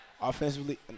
offensively